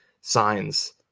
signs